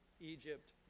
Egypt